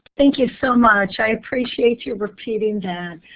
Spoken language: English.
thank you so much. i appreciate you repeating that.